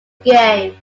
game